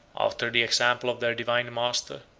after the example of their divine master,